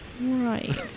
right